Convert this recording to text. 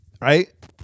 right